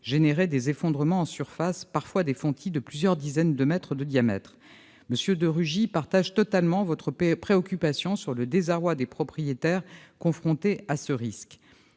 engendrer des effondrements en surface, voire des fontis de plusieurs dizaines de mètres de diamètre. M. de Rugy partage totalement votre préoccupation sur le désarroi des propriétaires confrontés à ce risque.